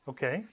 Okay